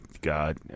God